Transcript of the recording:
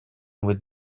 with